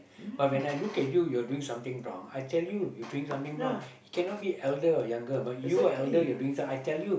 but when I look at you you are doing something wrong I tell you you doing something wrong you cannot be elder or younger but you are elder you are doing something I tell you